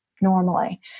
normally